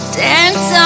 dance